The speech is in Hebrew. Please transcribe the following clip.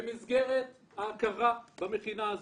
במסגרת ההכרה במכינה הזו,